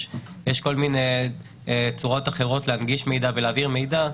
יש כל מיני צורות אחרות להנגיש מידע ולהעביר מידע,